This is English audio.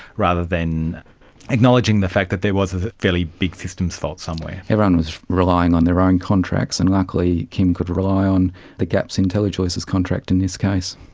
rather than acknowledging the fact that there was a fairly big systems fault somewhere. everyone was relying on their own contracts, and luckily kim could rely on the gaps in telechoice's contract in this case.